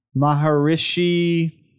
Maharishi